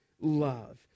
love